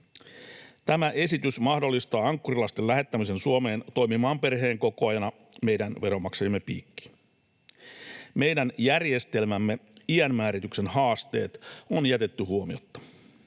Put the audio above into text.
Tämä esitys mahdollistaa ankkurilasten lähettämisen Suomeen toimimaan perheenkokoajana meidän veronmaksajiemme piikkiin. Meidän järjestelmämme iänmäärityksen haasteet on jätetty huomiotta.